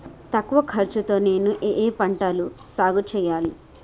తక్కువ ఖర్చు తో నేను ఏ ఏ పంటలు సాగుచేయాలి?